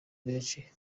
benshi